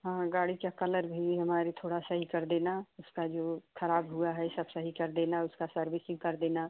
हाँ गाड़ी का कलर भी हमारा थोड़ा सही कर देना उसका जो ख़राब हुआ है सब सही कर देना उसका सर्विसिंग कर देना